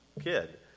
kid